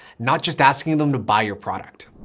not just asking them to buy your product,